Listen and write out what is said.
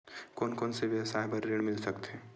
कोन कोन से व्यवसाय बर ऋण मिल सकथे?